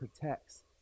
protects